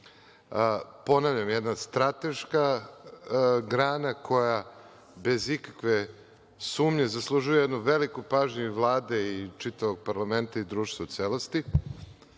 Ponavljam jedna strateška grana koja bez ikakve sumnje zaslužuje jednu veliku pažnju i Vlade i čitavog parlamenta i društva u celosti.